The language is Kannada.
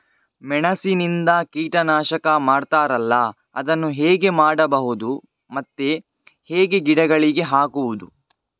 ಮೆಣಸಿನಿಂದ ಕೀಟನಾಶಕ ಮಾಡ್ತಾರಲ್ಲ, ಅದನ್ನು ಹೇಗೆ ಮಾಡಬಹುದು ಮತ್ತೆ ಹೇಗೆ ಗಿಡಗಳಿಗೆ ಹಾಕುವುದು?